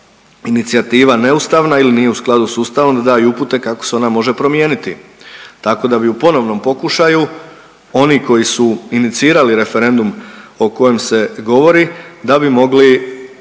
inicijativa neustavna ili nije u skladu s ustavom da da i upute kako se ona može promijeniti, tako da bi u ponovnom pokušaju oni koji su inicirali referendum o kojem se govori, da bi mogli